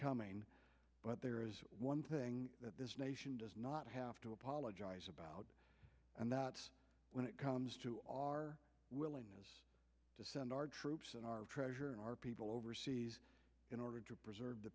coming but there is one thing that this nation does not have to apologize about and that when it comes to our willingness to send our troops and our treasure in our people overseas in order to preserve the